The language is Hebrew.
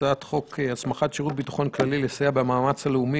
הצעת חוק הסמכת שירות ביטחון כללי לסייע במאמץ הלאומי